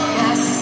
yes